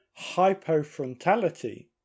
hypofrontality